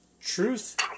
truth